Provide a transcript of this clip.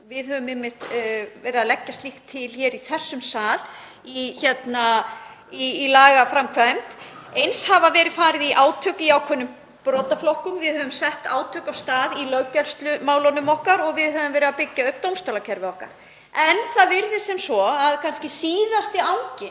Við höfum einmitt verið að leggja slíkt til í þessum sal í lagaframkvæmd. Eins hefur verið farið í átak í ákveðnum brotaflokkum. Við höfum sett átak af stað í löggæslumálunum okkar og við höfum verið að byggja upp dómstólakerfið okkar. En það virðist vera að síðasti anginn